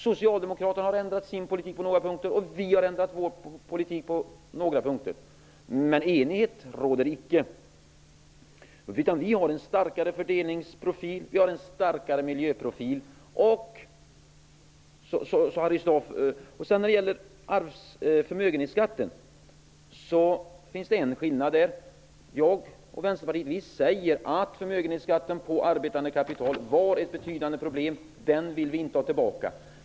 Socialdemokraterna har ändrat sin politik på några punkter, och vi har ändrat vår politik på några punkter, men enighet råder inte. Vi har en starkare fördelningsprofil och miljöprofil. När det gäller förmögenhetsskatten finns det en skillnad. Jag och Vänsterpartiet säger att förmögenhetsskatten på arbetande kapital var ett betydande problem. Den skatten vill vi inte ha tillbaka.